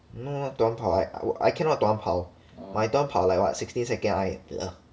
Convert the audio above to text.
no not 短跑 like I cannot 短跑 my 短跑 like what sixteen seconds I ugh